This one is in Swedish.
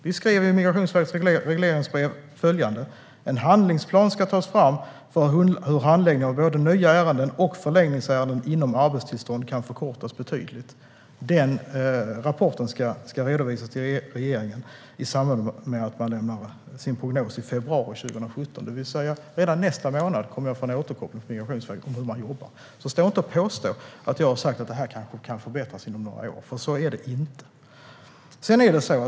Vi skrev i Migrationsverkets regleringsbrev följande: "En handlingsplan ska tas fram för hur handläggning av både nya ärenden och förlängningsärenden inom arbetstillstånd kan förkortas betydligt." Den rapporten ska redovisas till regeringen i samband med att man lämnar sin prognos i februari 2017. Det vill säga att redan nästa månad kommer jag att få en återkoppling från Migrationsverket om hur man jobbar. Stå alltså inte här och påstå att jag har sagt att det här kanske kan förbättras inom några år, för så är det inte!